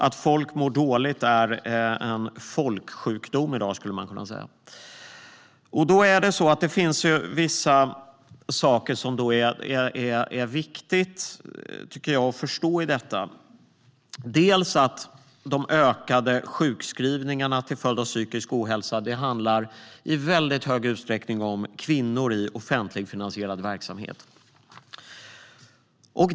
Att folk mår dåligt är en folksjukdom i dag, skulle man kunna säga. Det är vissa saker som är viktiga att förstå i detta. De ökade sjukskrivningarna till följd av psykisk ohälsa handlar i hög utsträckning om kvinnor i offentligfinansierad verksamhet.